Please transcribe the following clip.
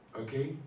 Okay